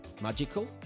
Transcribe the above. magical